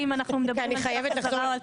כי אני חייבת לחזור.